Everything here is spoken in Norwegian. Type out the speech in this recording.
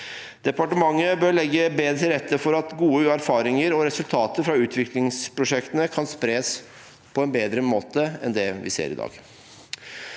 Departementet bør legge bedre til rette for at gode erfaringer og resultater fra utviklingsprosjektene kan spres på en bedre måte enn vi ser i dag.